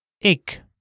ik